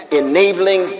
enabling